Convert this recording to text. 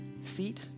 seat